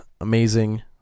amazing